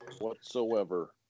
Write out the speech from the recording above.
whatsoever